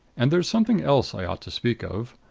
and there's something else i ought to speak of.